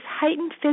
heightened